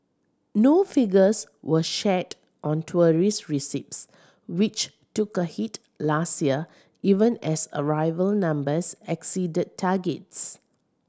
no figures were shared on tourism receipts which took a hit last year even as arrival numbers exceeded targets